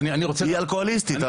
היא אלכוהוליסטית,